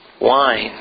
wine